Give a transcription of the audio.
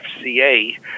FCA